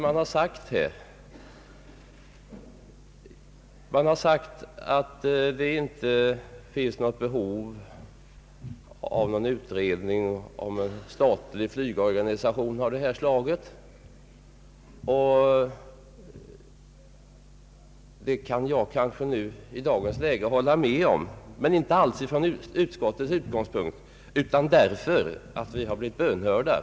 Man har sagt att det inte finns något behov av en utredning om en statlig flygorganisation av detta slag. Det kan jag kanske i dagens läge hålla med om, men inte alls från utskottets utgångspunkt, utan därför att vi redan blivit bönhörda.